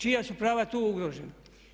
Čija su prava tu ugrožena?